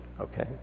okay